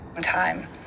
time